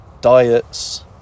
diets